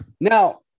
Now